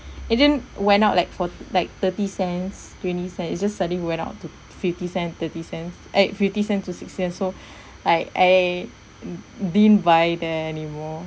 it didn't went up like for~ like thirty cents twenty cents it just suddenly went up to fifty cent thirty cents eh fifty cents to sixty cents so like I di~ didn't buy there anymore